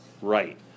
Right